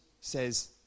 says